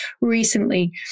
recently